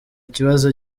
ikibazo